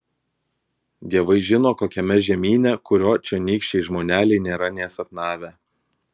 dievai žino kokiame žemyne kurio čionykščiai žmoneliai nėra nė sapnavę